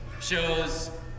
shows